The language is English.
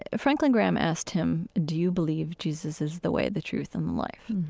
ah franklin graham asked him, do you believe jesus is the way, the truth, and the life?